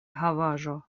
havaĵo